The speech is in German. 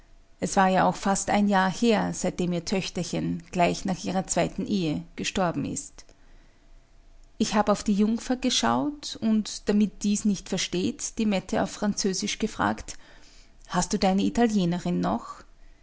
es war ja auch fast ein jahr her seitdem ihr töchterchen gleich nach ihrer zweiten ehe gestorben ist ich hab auf die jungfer geschaut und damit die's nicht versteht die mette auf französisch gefragt hast du deine italienerin noch